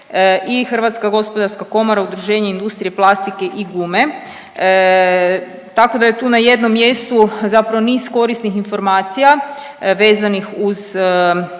Hrvatskoj i HGK Udruženje industrije plastike i gume, tako da je tu na jednom mjestu zapravo niz korisnih informacija vezanih uz